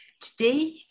Today